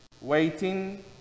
Waiting